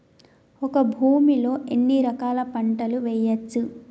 ఒక భూమి లో ఎన్ని రకాల పంటలు వేయచ్చు?